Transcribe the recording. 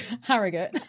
Harrogate